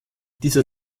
dieser